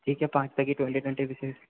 ठीक है पाँच पैकेट ट्वेंटी ट्वेंटी बिस्किट